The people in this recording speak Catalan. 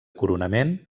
coronament